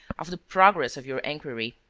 of the progress of your inquiry.